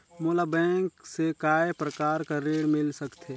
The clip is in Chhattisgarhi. मोला बैंक से काय प्रकार कर ऋण मिल सकथे?